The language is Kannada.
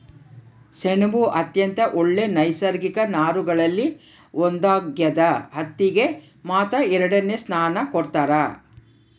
ಸೆಣಬು ಅತ್ಯಂತ ಒಳ್ಳೆ ನೈಸರ್ಗಿಕ ನಾರುಗಳಲ್ಲಿ ಒಂದಾಗ್ಯದ ಹತ್ತಿಗೆ ಮಾತ್ರ ಎರಡನೆ ಸ್ಥಾನ ಕೊಡ್ತಾರ